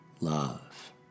Love